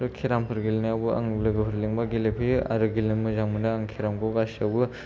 carrom फोर गेलेनायावबो आङो लोगोफोर लिङोब्ला गेलेफैयो आरो गेलेनो मोजां मोनो आं केर'म खौ गासैयावबो